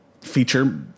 feature